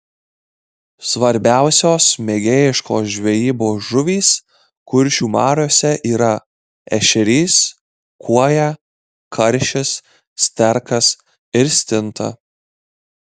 svarbiausios mėgėjiškos žvejybos žuvys kuršių mariose yra ešerys kuoja karšis sterkas ir stinta